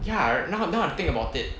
ya now now I think about it